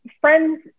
friends